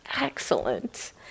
excellent